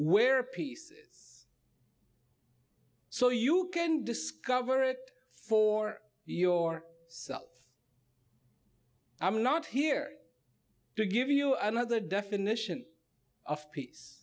where peace so you can discover it for your self i'm not here to give you another definition of peace